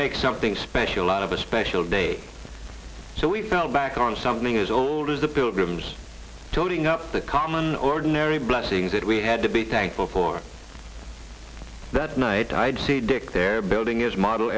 make something special out of a special day so we fell back on something as old as the pilgrims toting up the common ordinary blessings that we had to be thankful for that night i'd see dick there building is model